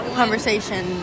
conversation